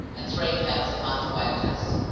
and three pounds a month wages.